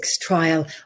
trial